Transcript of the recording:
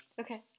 okay